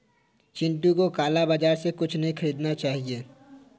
चिंटू को काला बाजार से कुछ नहीं खरीदना चाहिए